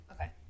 Okay